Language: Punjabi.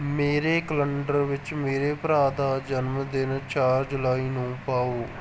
ਮੇਰੇ ਕੈਲੰਡਰ ਵਿੱਚ ਮੇਰੇ ਭਰਾ ਦਾ ਜਨਮਦਿਨ ਚਾਰ ਜੁਲਾਈ ਨੂੰ ਪਾਓ